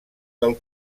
del